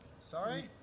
sorry